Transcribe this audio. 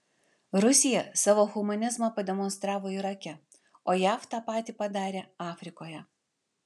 rusija savo humanizmą pademonstravo irake o jav tą patį padarė afrikoje